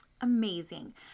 Amazing